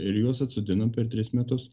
ir juos atsodinom per tris metus